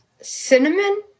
Cinnamon